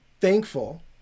thankful